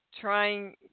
Trying